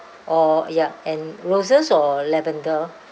or ya and roses or lavender